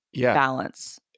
balance